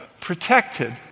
protected